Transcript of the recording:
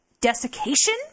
desiccation